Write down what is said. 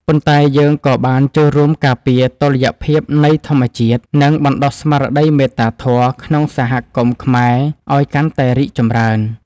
ប៉ុន្តែយើងក៏បានចូលរួមការពារតុល្យភាពនៃធម្មជាតិ និងបណ្តុះស្មារតីមេត្តាធម៌ក្នុងសហគមន៍ខ្មែរឱ្យកាន់តែរីកចម្រើន។